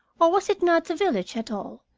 or was it not the village at all,